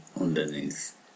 underneath